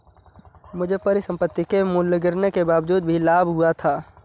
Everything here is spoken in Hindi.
मुझे परिसंपत्ति के मूल्य गिरने के बावजूद भी लाभ हुआ था